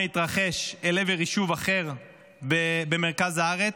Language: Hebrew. התרחש אל עבר יישוב אחר במרכז הארץ.